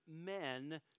men